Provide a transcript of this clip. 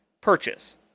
purchase